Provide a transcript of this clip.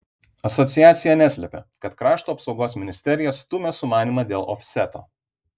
asociacija neslepia kad krašto apsaugos ministerija stumia sumanymą dėl ofseto